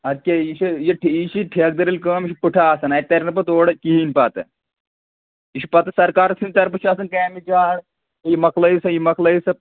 اَدٕ کیٛاہ یہِ چھِ یہِ یہِ چھِ ٹھیٚکدٔرِل کٲم یہِ چھِ پُٹھٕ آسان اَتہِ تَرِ نہٕ پَتہٕ اورٕ کِہیٖنۍ پَتہٕ یہِ چھِ پَتہٕ سَرکار سٕنٛدِ طرفہٕ چھِ اَتھ آسان کامہِ چار یہِ مۄکلٲیِو سا یہِ مۄکلٲیِو سا